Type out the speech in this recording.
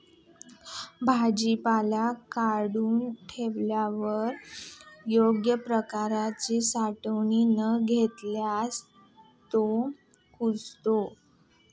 भाजीपाला काढून ठेवल्यावर योग्य प्रकारे साठवून न घेतल्यास तो कुजतो